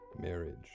Marriage